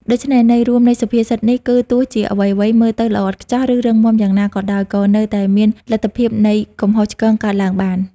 ដូច្នេះ ន័យរួមនៃសុភាសិតនេះគឺ ទោះជាអ្វីៗមើលទៅល្អឥតខ្ចោះ ឬរឹងមាំយ៉ាងណាក៏ដោយ ក៏នៅតែមានលទ្ធភាពនៃកំហុសឆ្គងកើតឡើងបាន។